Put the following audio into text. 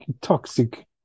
toxic